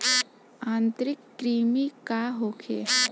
आंतरिक कृमि का होखे?